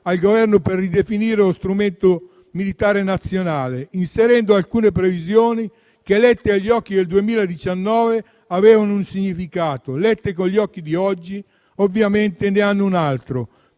al Governo per ridefinire lo strumento militare nazionale, inserendo alcune previsioni che, lette con gli occhi del 2019, avevano un significato, ma, lette con gli occhi di oggi, ovviamente ne hanno un altro.